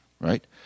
right